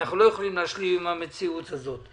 אנחנו לא יכולים להשלים עם המציאות הזאת.